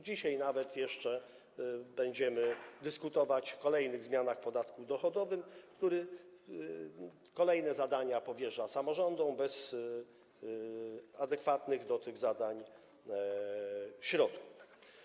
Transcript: Dzisiaj nawet jeszcze będziemy dyskutować o kolejnych zmianach w podatku dochodowym - kolejne zadania powierza się samorządom bez adekwatnych do tych zadań środków.